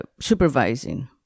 supervising